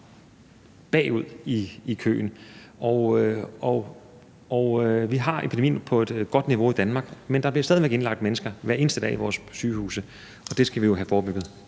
bagud i køen. Vi har epidemien på et godt niveau i Danmark, men der bliver stadig væk hver eneste dag indlagt mennesker på vores sygehuse, og det skal vi jo have forebygget.